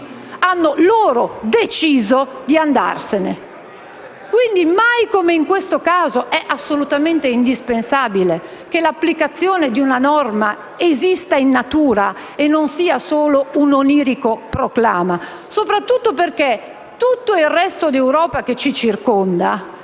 hanno deciso loro di andarsene. Mai come in questo caso, quindi, è assolutamente indispensabile che l'applicazione di una norma esista in natura e non sia solo un onirico proclama, soprattutto perché tutto il resto d'Europa che ci circonda